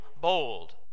bold